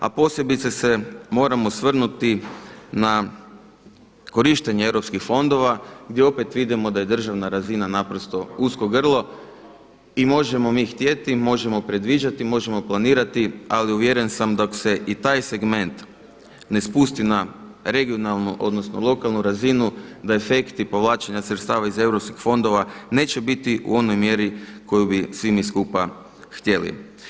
A posebice se moram osvrnuti na korištenje europskih fondova gdje opet vidimo da je državna razina naprosto usko grlo i možemo mi htjeti, možemo predviđati, možemo planirati, ali uvjeren sam dok se i taj segment ne spusti na regionalnu odnosno lokalnu razinu da efekti povlačenja sredstava iz europskih fondova neće biti u onoj mjeri koju bi svi mi skupa htjeli.